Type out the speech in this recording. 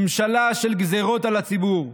ממשלה של גזרות על הציבור,